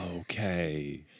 okay